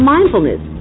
Mindfulness